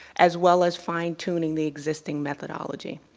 as well as fine tuning the existing methodology.